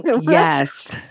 Yes